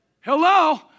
Hello